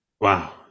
Wow